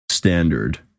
Standard